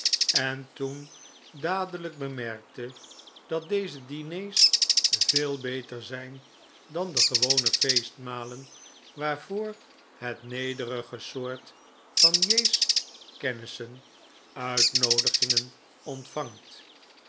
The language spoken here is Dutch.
en toen dadelijk bemerkte dat deze diners veel beter zijn dan de gewone feestmalen waarvoor het nederige soort van j s kennissen uitnoodigingen ontvangt